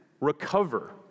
recover